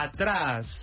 atrás